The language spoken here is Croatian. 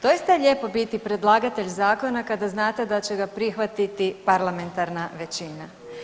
Doista je lijepo biti predlagatelj zakona kada znate da će ga prihvatiti parlamentarna većina.